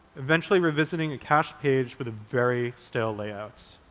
eventually revisiting a cached page with very stale layouts.